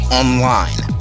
online